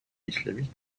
islamique